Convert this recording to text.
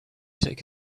take